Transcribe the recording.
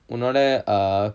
உன்னோட:unnoda uh